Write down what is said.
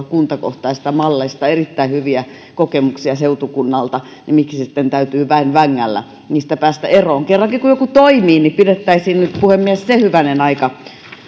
kuntakohtaisista malleista erittäin hyviä kokemuksia seutukunnassa miksi sitten täytyy väen vängällä niistä päästä eroon kerrankin kun joku toimii niin pidettäisiin nyt puhemies se hyvänen aika